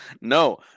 no